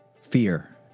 fear